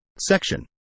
Section